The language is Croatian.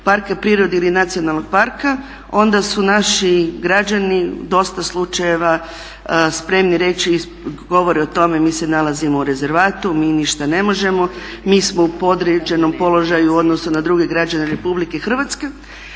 parka prirode ili nacionalnog parka onda su naši građani u dosta slučajeva spremni reći i govore o tome mi se nalazimo u rezervatu, mi ništa ne možemo, mi smo u podređenom položaju u odnosu na druge građane RH.